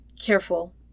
Careful